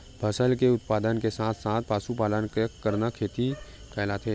फसल के उत्पादन के साथ साथ पशुपालन करना का खेती कहलाथे?